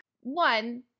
One